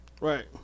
Right